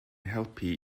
helpu